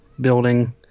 building